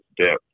depth